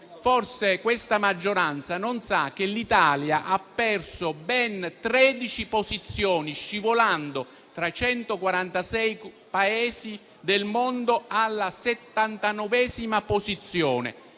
Forse questa maggioranza non sa che l'Italia ha perso ben 13 posizioni, scivolando, tra i 146 Paesi del mondo, alla settantanovesima posizione.